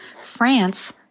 France